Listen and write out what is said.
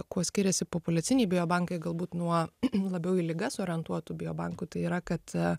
kuo skiriasi populiaciniai biobankai galbūt nuo labiau į ligas orientuotų biobankų tai yra kad